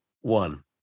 one